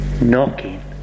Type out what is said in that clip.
knocking